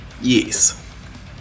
Yes